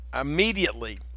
immediately